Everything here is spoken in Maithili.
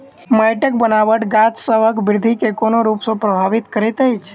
माइटक बनाबट गाछसबक बिरधि केँ कोन रूप सँ परभाबित करइत अछि?